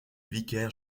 vicaire